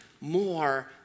more